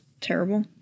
terrible